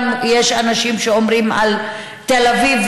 יש אנשים שאומרים כך על תל אביב,